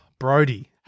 Brody